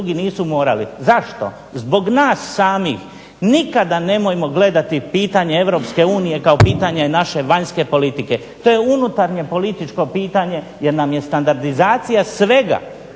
drugi nisu morali. Zašto? Zbog nas samih, nikada nemojmo gledati pitanje Europske unije kao naše vanjske politike. To je unutarnje političko pitanje jer nam je standardizacija svega